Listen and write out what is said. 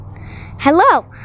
Hello